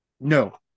no